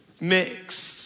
mix